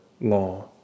law